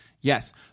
Yes